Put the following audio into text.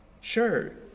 sure